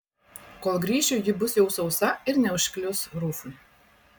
kol grįšiu ji bus jau sausa ir neužklius rufui